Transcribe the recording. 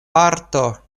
parto